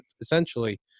essentially